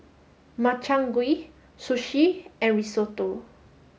Makchang Gui Sushi and Risotto